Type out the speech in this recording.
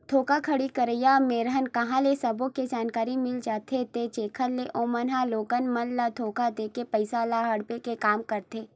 धोखाघड़ी करइया मेरन कांहा ले सब्बो के जानकारी मिल जाथे ते जेखर ले ओमन ह लोगन मन ल धोखा देके पइसा ल हड़पे के काम करथे